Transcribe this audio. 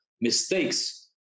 mistakes